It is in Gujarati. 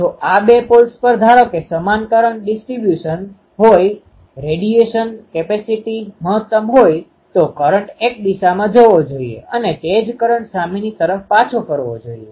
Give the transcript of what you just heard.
જો આ બે પોલ્સ પર ધારો કે સમાન કરંટcurrentપ્રવાહ ડીસ્ટ્રીબયુંસન distribution વિતરણ હોય રેડીએશનradiation કિરણોત્સર્ગ કેપેસીટીefficiency કાર્યક્ષમતા મહત્તમ હોયતો કરંટ એક દિશામાં જવો જોઈએ અને તે જ કરંટ સામેની તરફ પાછો ફરવો જોઈએ